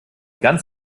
ganz